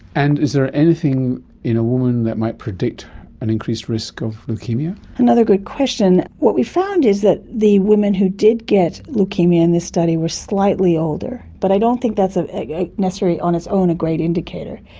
and is there anything in a woman that might predict an increased risk of leukaemia? another good question. what we found is that the women who did get leukaemia in this study were slightly older, but i don't think that's ah necessarily on its own a great indicator.